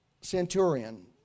Centurion